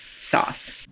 sauce